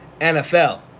NFL